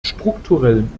strukturellen